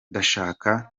ndashaka